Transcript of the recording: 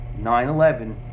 9-11